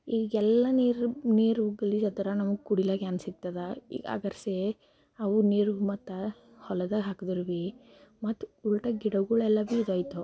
ಈಗೆಲ್ಲ ನೀರು ನೀರು ಗಲೀಜು ಆದ್ರೆ ನಮ್ಗೆ ಕುಡಿಲಿಕ್ಕೆ ಏನು ಸಿಗ್ತದೆ ಈ ಅಗರ್ಸೆ ಅವ್ರು ನೀರ್ಗೆ ಮತ್ತು ಹೊಲದಾಗ ಹಾಕ್ದರು ಭೀ ಮತ್ತು ಉಲ್ಟ ಗಿಡಗಳು ಎಲ್ಲ ಭೀ ಇದಾಯ್ತವ